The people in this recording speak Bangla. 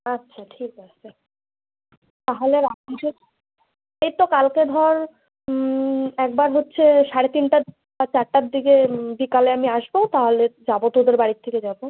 আচ্চা ঠিক আছে তাহলে রাখিস এই তো কালকে ধর একবার হচ্ছে সাড়ে তিনটা বা চারটার দিকে বিকালে আমি আসবো তাহলে যাবো তোদের বাড়ির থেকে যাবো